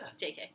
jk